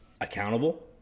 accountable